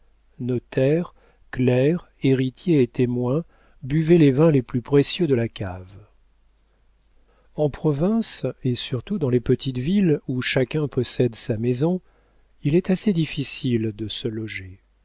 héritiers et témoins buvaient les vins les plus précieux de la cave en province et surtout dans les petites villes où chacun possède sa maison il est assez difficile de se loger